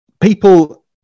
people